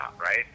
right